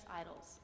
idols